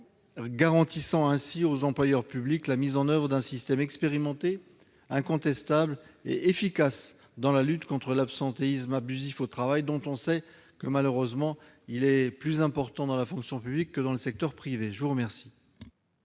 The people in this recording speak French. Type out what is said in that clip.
garantissant ainsi aux employeurs publics la mise en oeuvre d'un système expérimenté, incontestable et efficace dans la lutte contre l'absentéisme abusif au travail, dont on sait qu'il est malheureusement plus important dans la fonction publique que dans le secteur privé. Quel